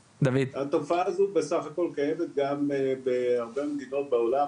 התופעה הזו בסך הכל קיימת בהרבה מדינות בעולם,